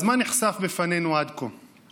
אז מה נחשף בפנינו עד כה?